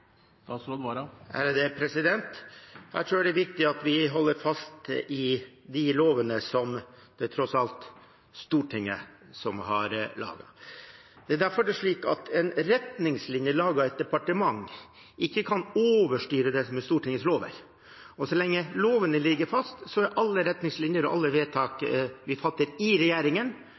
jeg det er viktig at vi holder fast ved de lovene som det tross alt er Stortinget som har laget. Det er derfor det er slik at en retningslinje laget i et departement, ikke kan overstyre Stortingets lover. Så lenge lovene ligger fast, er alle retningslinjer og alle vedtak vi fatter i regjeringen,